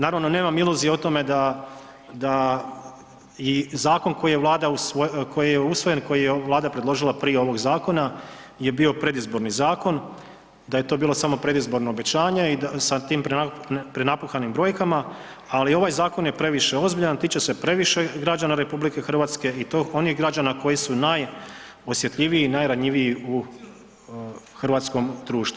Naravno, nemam iluzije o tome da, da i zakon koji je Vlada, koji je usvojen, koji je Vlada predložila prije ovog zakona je bio predizborni zakon, da je to bilo samo predizborno obećanje sa tim prenapuhanim brojkama, ali ovaj zakon je previše ozbiljan, tiče se previše građana RH i to onih građana koji su najosjetljiviji i najranjiviji u hrvatskom društvu.